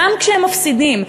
גם כשמפסידים,